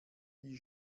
die